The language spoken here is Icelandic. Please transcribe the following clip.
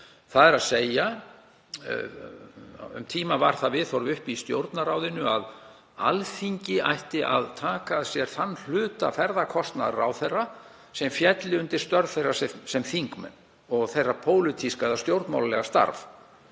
á köflum, þ.e. um tíma var það viðhorf uppi í Stjórnarráðinu að Alþingi ætti að taka að sér þann hluta ferðakostnaðar ráðherra sem félli undir störf þeirra sem þingmenn og þeirra pólitíska eða stjórnmálalega starf.